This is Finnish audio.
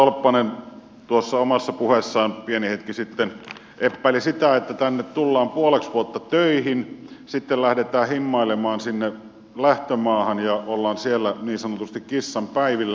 edustaja tolppanen omassa puheessaan pieni hetki sitten epäili sitä että tänne tullaan puoleksi vuotta töihin sitten lähdetään himmailemaan sinne lähtömaahan ja ollaan siellä niin sanotusti kissanpäivillä